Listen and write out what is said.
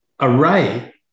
array